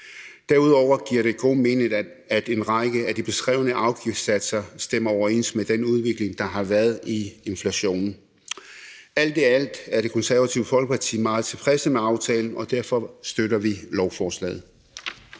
Derudover giver det god mening, at en række af de beskrevne afgiftssatser stemmer overens med den udvikling, der har været i inflation. Alt i alt er Det Konservative Folkeparti meget tilfredse med aftalen, og derfor støtter vi lovforslaget.